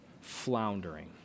floundering